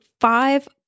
five